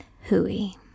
hooey